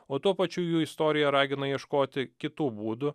o tuo pačiu jų istorija ragina ieškoti kitų būdų